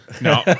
No